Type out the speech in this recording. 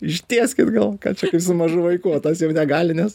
ištieskit gal ką čia kai su mažu vaiku o tas jau negali nes